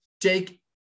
take